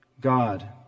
God